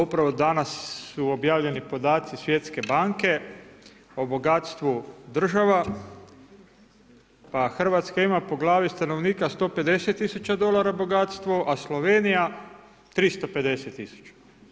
Upravo danas su objavljeni podaci Svjetske banke o bogatstvu država, pa Hrvatska ima po glavi stanovnika 150 000 dolara bogatstvo, a Slovenija 350 000.